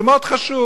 זה מאוד חשוב,